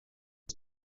his